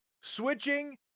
switching